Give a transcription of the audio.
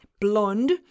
blonde